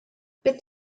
beth